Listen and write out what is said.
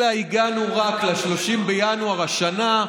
אלא הגענו רק ל-30 בינואר השנה,